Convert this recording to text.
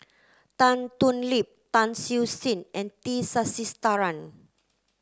Tan Thoon Lip Tan Siew Sin and T Sasitharan